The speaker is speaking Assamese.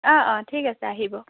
অঁ অঁ ঠিক আছে আহিব